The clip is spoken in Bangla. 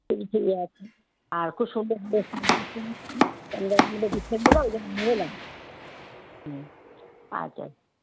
ছবি টবি আছে আর খুব সুন্দর দোকান সাজিয়েছেন কম দামে এগুলো দিচ্ছেন বলে ওই জন্য নিয়ে এলাম হুম আচ্ছা